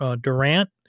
Durant